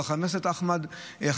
אבל חבר הכנסת חמד עמאר,